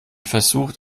versucht